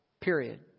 Period